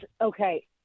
okay